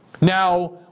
Now